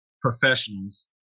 professionals